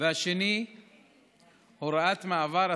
והשני הוראת מעבר,